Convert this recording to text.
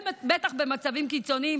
בטח במצבים קיצוניים